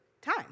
time